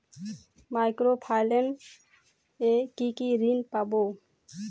Micro finance এ কি কি ঋণ পাবো?